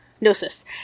Gnosis